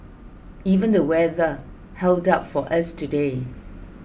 even the weather held up for us today